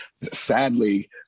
Sadly